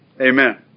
Amen